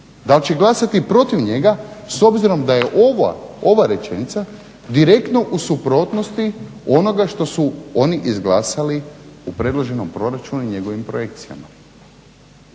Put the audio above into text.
da li će glasati protiv njega s obzirom da je ova rečenica direktno u suprotnosti onoga što su oni izglasali u predloženom proračunu i njegovim projekcijama.